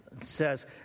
Says